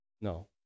No